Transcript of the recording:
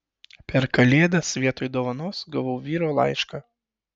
per kalėdas vietoj dovanos gavau vyro laišką